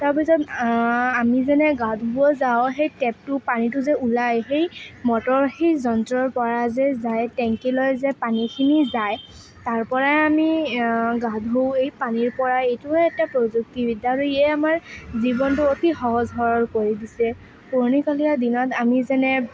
তাৰপিছত আমি যেনে গা ধুব যাওঁ সেই টেপটো পানীটো যে ওলায় সেই মটৰ সেই যন্ত্ৰৰ পৰা যে যায় টেংকিলৈ যে পানীখিনি যায় তাৰপৰাই আমি গা ধোওঁ এই পানীৰ পৰা এইটোও এটা প্ৰযুক্তিবিদ্যা আৰু ইয়ে আমাৰ জীৱনটো অতি সহজ সৰল কৰি দিছে পুৰণিকলীয়া দিনত আমি যেনে